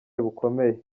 bukomeye